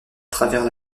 travers